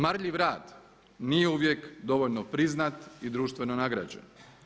Marljiv rad nije uvijek dovoljno priznat i društveno nagrađen.